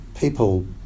people